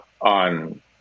on